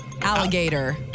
Alligator